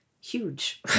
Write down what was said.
huge